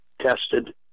tested